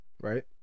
Right